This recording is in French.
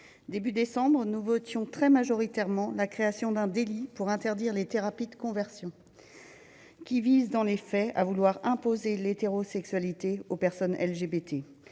de décembre, nous votions très majoritairement la création d'un délit afin d'interdire les thérapies de conversion. Celles-ci visent, dans les faits, à imposer l'hétérosexualité aux personnes LGBT.